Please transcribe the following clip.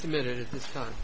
committed this time